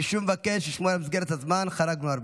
אני שוב מבקש, לשמור על מסגרת הזמן, חרגנו הרבה.